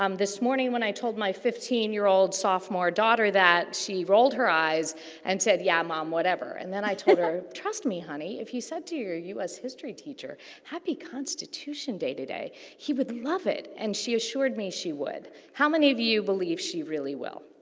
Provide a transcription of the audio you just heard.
um this morning, when i told my fifteen year old sophomore daughter that, she rolled her eyes and said yeah mom whatever. and then, i told her, trust me, honey, if you said to your u s. history teacher happy constitution day today, he would love it. and, she assured me she would. how many of you believe she really will.